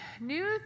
new